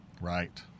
Right